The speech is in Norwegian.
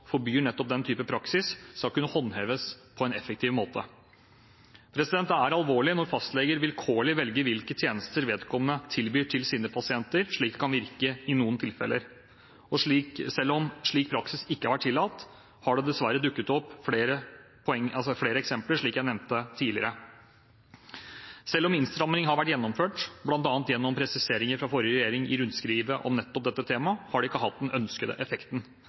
forbyr nettopp den type praksis, skal kunne håndheves på en effektiv måte. Det er alvorlig når fastleger vilkårlig velger hvilke tjenester vedkommende tilbyr til sine pasienter, slik det kan virke som i noen tilfeller. Selv om slik praksis ikke har vært tillatt, har det dessverre dukket opp flere eksempler, slik jeg nevnte tidligere. Selv om innstramminger har vært gjennomført, bl.a. gjennom presiseringer fra forrige regjering i rundskriv om nettopp dette temaet, har det ikke hatt den ønskede effekten.